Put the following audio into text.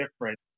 different